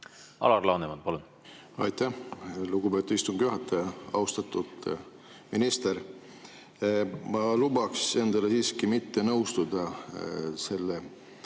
Alar Laneman, palun! Aitäh, lugupeetud istungi juhataja! Austatud minister! Ma lubaksin endale siiski mitte nõustuda selle